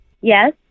Yes